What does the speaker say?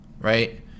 Right